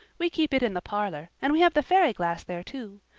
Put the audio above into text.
we keep it in the parlor and we have the fairy glass there, too.